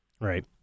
Right